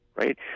right